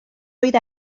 oedd